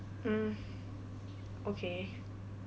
mm okay